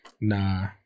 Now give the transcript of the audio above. Nah